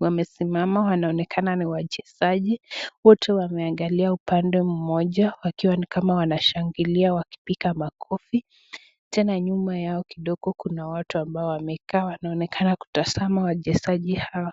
wamesimama wanaonekana ni wachezaji ,wote wameangalia upande mmoja wakiwa wanashangilia wakipiga makofi, tena nyuma ya kidogo kuna watu ambao wamekaa wanaonekana kutazama wachezaji hao.